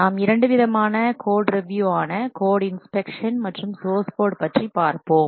நாம் இரண்டு விதமான கோட்ரிவியூ ஆன கோட் இன்ஸ்பெக்ஷன் மற்றும் சோர்ஸ் கோட் பற்றி பார்ப்போம்